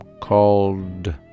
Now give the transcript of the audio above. called